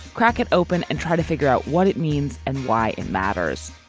crack it open and try to figure out what it means and why it matters.